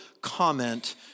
comment